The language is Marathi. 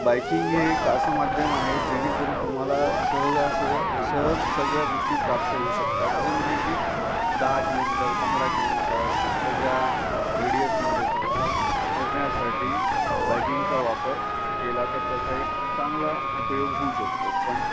बायकिंग हे एक असं माध्यम आहे जेणेकरून तुम्हाला सहजासह सहज सगळ्या गोष्टी प्राप्त होऊ शकतात जे म्हणजे की दहा किलोमीटर पंधरा किलोमीटरच्या ज्या रेडियसमध्ये तुम्हाला फिरण्यासाठी बायकिंगचा वापर केला तर त्याचा एक चांगला उपयोग होऊ शकतो पण